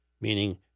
meaning